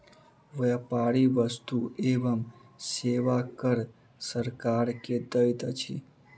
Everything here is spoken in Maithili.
व्यापारी वस्तु एवं सेवा कर सरकार के दैत अछि